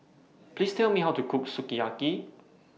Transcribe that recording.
Please Tell Me How to Cook Sukiyaki